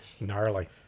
gnarly